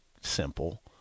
simple